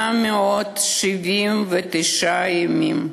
879 ימים,